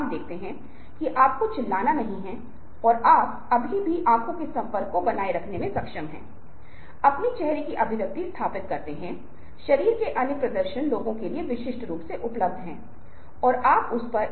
अब अनुनय के समकालीन रंगों को महसूस करना बहुत महत्वपूर्ण है और इस सत्र में भी हम सोशल मीडिया का उपयोग करते हुए कुछ प्रयोग करेंगे